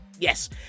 Yes